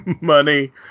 money